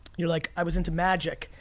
you're like, i was into magic.